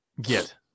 get